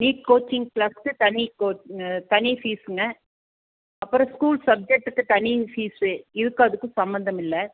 NEET coaching கிளாஸ்க்கு தனி கோ தனி ஃபீஸ்ங்க அப்புறம் ஸ்கூல் சப்ஜெக்ட்டுக்கு தனி ஃபீஸ் இதுக்கு அதுக்கும் சம்மந்தம் இல்லை